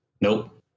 Nope